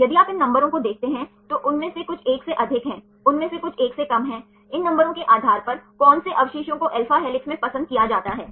यदि आप इन नंबरों को देखते हैं तो उनमें से कुछ 1 से अधिक हैं उनमें से कुछ 1 से कम हैं इन नंबरों के आधार पर कौन से अवशेषों को alpha हेलिक्स में पसंद किया जाता है